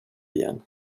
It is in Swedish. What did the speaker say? igen